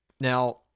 Now